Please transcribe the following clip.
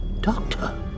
Doctor